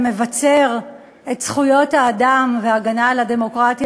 המבצר את זכויות האדם וההגנה על הדמוקרטיה